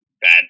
bad